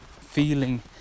feeling